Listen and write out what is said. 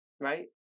Right